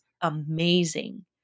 amazing